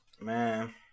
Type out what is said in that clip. man